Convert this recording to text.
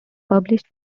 published